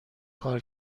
کار